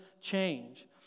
change